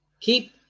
keep